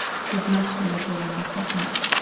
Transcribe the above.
she blushed a little when i said that.